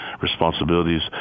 responsibilities